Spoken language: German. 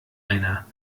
einer